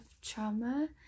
trauma